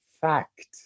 fact